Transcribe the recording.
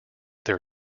their